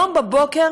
היום בבוקר